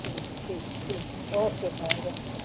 ठीकु ठीकु ठीकु ओके भाऊ ओके